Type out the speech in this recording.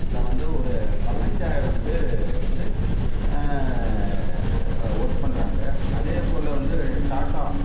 இதில் வந்து ஒரு பதினைஞ்சாயிரம் பேர் வந்து ஒர்க் பண்ணுறாங்க அதேபோல் வந்து டாடா